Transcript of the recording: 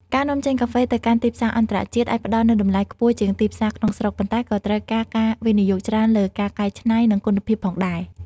ការនាំចេញកាហ្វេទៅកាន់ទីផ្សារអន្តរជាតិ អាចផ្តល់នូវតម្លៃខ្ពស់ជាងទីផ្សារក្នុងស្រុក ប៉ុន្តែក៏ត្រូវការការវិនិយោគច្រើនលើការកែច្នៃ និងគុណភាពផងដែរ។